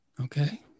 Okay